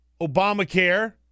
Obamacare